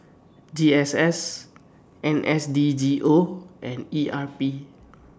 G S S N S D G O and E R P